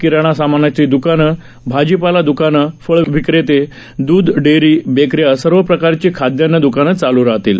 किराणा सामानाची द्कानं भाजीपाला द्कानं फळविक्रेते दूध डेअरीज बेकऱ्या सर्व प्रकारची खादयान्न द्कानं चालू राहतील